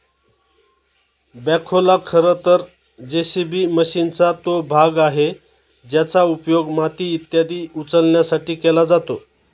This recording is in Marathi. बॅखोला खरं तर जे.सी.बी मशीनचा तो भाग आहे ज्याचा उपयोग माती इत्यादी उचलण्यासाठी केला जातो